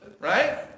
right